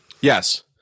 yes